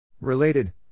Related